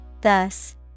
Thus